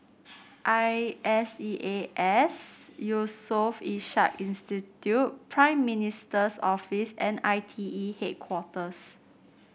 I S E A S Yusof Ishak Institute Prime Minister's Office and I T E Headquarters